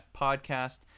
podcast